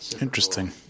Interesting